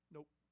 Nope